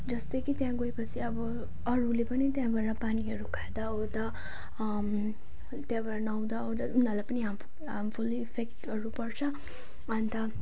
जस्तै कि त्यहाँ गएपछि अब अरूले पनि त्यहाँबाट पानीहरू खाँदाओर्दा त्यहाँबाट नुहाउँदाओर्दा उनीहरूलाई पनि हार्मफुल हार्मफुल इफेक्टहरू पर्छ अन्त